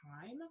time